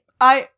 I-